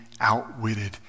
outwitted